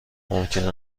ممکن